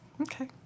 Okay